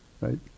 right